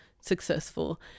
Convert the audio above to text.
successful